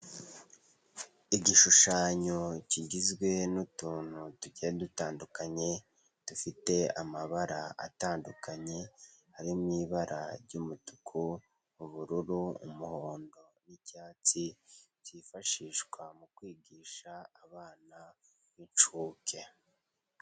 Igishushanyo kigizwe n'utuntu tugiye dutandukanye dufite amabara atandukanye; ari mu ibara ry'umutuku, ubururu, umuhondo n'icyatsi cyifashishwa mu kwigisha abana b'incuke.